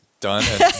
Done